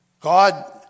God